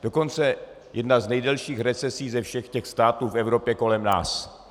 Dokonce jedna z nejdelších recesí ze všech těch států v Evropě kolem nás.